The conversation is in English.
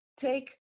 take